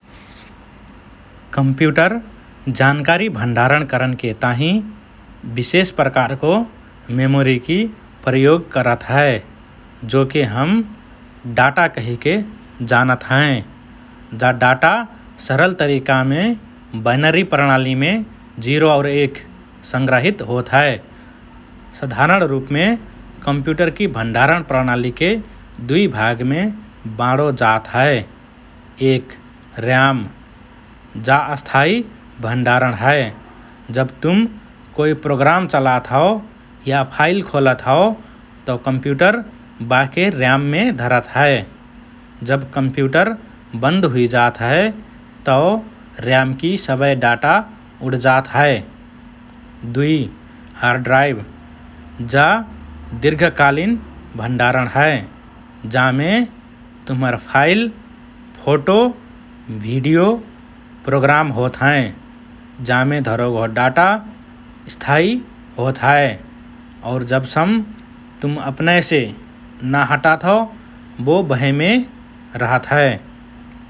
कम्प्युटर जानकारी भण्डारण करनके ताहिँ विशेष प्रकारको मेमोरीकि प्रयोग करत हए, जोके हम डाटा कहिके जानत हएँ । जा डाटा सरल तरिकामे बाइनरी प्रणालीमे (० और १) संग्रहित होत हए । साधारण रुपमे, कम्प्युटरकि भण्डारण प्रणालीके दुई भागमे बाँडो जात हए । एक र्याम – जा अस्थायी भण्डारण हए । जब तुम कोइ प्रोग्राम चलात हओ या फाइल खोलत हओ तओ कम्प्युटर बाके र्याममे धरत हए । जब कम्प्युटर बन्द हुइजात हए तओ र्यामकि सबए डाटा उड्जात हए । दुई हार्ड ड्राइभ–जा दीर्घकालीन भण्डारण हए । जामे तुम्हर फाइल, फोटो, भिडियो, प्रोग्राम होत हएँ । जामे धरोगओ डाटा स्थायी होत हए और जबसम् तुम अपनएसे ना हटात हओ बो बहेमे रहत हए ।